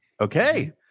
Okay